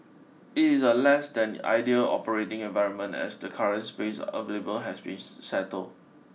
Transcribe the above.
it is a less than ideal operating environment as the current space available has been settle